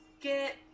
get